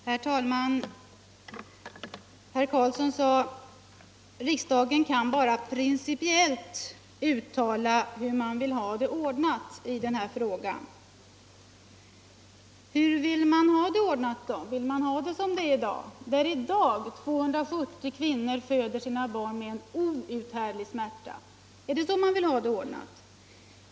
Herr talman! Herr Karlsson i Huskvarna sade att riksdagen kan bara principiellt uttala hur man vill ha det ordnat i denna fråga. Hur vill man ha det ordnat? Vill man ha det som i dag när 270 kvinnor föder sina barn med outhärdlig smärta? Är det så man vill ha det ordnat?